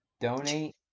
donate